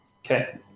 Okay